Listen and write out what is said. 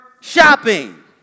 shopping